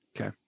Okay